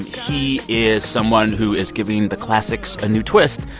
he is someone who is giving the classics a new twist,